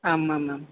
आम् आमाम्